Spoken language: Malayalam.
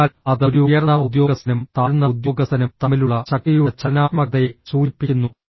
അതിനാൽ അത് ഒരു ഉയർന്ന ഉദ്യോഗസ്ഥനും താഴ്ന്ന ഉദ്യോഗസ്ഥനും തമ്മിലുള്ള ശക്തിയുടെ ചലനാത്മകതയെ സൂചിപ്പിക്കുന്നു